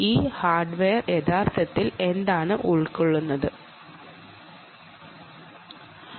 ഈ ഹാർഡ്വെയർ യഥാർത്ഥത്തിൽ എന്താണ് എന്ന് നമുക്ക് നോക്കാം